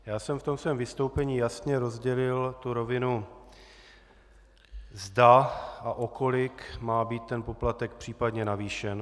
Já jsem ve svém vystoupení jasně rozdělil rovinu, zda a o kolik má být ten poplatek případně navýšen.